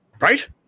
Right